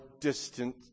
distant